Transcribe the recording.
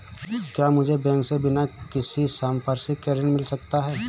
क्या मुझे बैंक से बिना किसी संपार्श्विक के ऋण मिल सकता है?